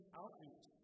outreach